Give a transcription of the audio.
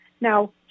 Now